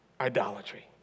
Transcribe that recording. idolatry